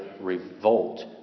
revolt